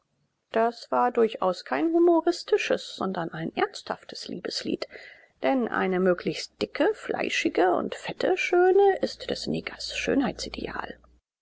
das war durchaus kein humoristisches sondern ein ernsthaftes liebeslied denn eine möglichst dicke fleischige und fette schöne ist des negers schönheitsideal